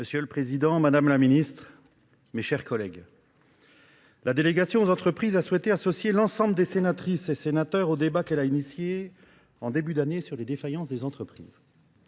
Monsieur le Président, Madame la Ministre, mes chers collègues. La délégation aux entreprises a souhaité associer l'ensemble des sénatrices et sénateurs au débat qu'elle a initié en début d'année sur les défaillances des entreprises.